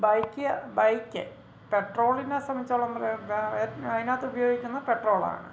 bike bike പെട്രോളിനെ സംബന്ധിച്ചോളം പറയു അതിനകത്ത് ഉപയോഗിക്കുന്നത് പെട്രോളാണ്